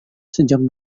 sejak